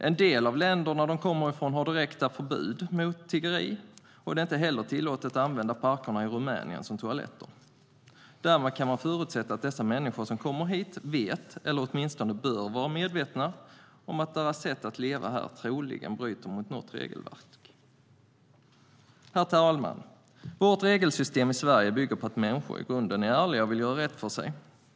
En del av de länder som de kommer från har direkta förbud mot tiggeri. Det är inte heller tillåtet att använda parkerna i Rumänien som toaletter. Därmed kan man förutsätta att de människor som kommer hit vet eller åtminstone bör vara medvetna om att deras sätt att leva här troligen bryter mot något regelverk. Herr talman! Vårt regelsystem i Sverige bygger på att människor i grunden är ärliga och vill göra rätt för sig.